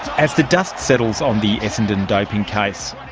as the dust settles on the essendon doping case,